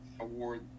Award